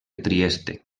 trieste